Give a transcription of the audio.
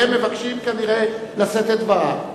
והם מבקשים כנראה לשאת את דברם.